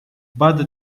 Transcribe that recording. بعد